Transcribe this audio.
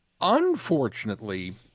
Unfortunately